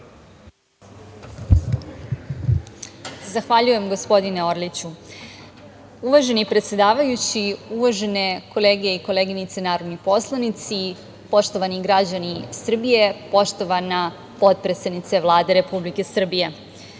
Zahvaljujem gospodine Orliću. Uvaženi predsedavajući, uvažene kolege i koleginice narodni poslanici, poštovani građani Srbije, poštovana potpredsednice Vlade Republike Srbije,